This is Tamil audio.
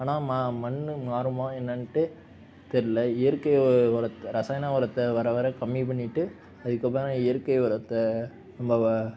ஆனால் மா மண் மாறுமா என்னன்ட்டு தெரில இயற்கை உரத்த ரசாயன உரத்த வர வர கம்மி பண்ணிட்டு அதுக்கப்பறம் இயற்கை உரத்த ரொம்ப வ